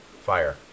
fire